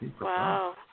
Wow